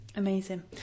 Amazing